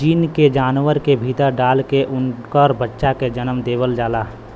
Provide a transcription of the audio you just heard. gene के जानवर के भीतर डाल के उनकर बच्चा के जनम देवल जाला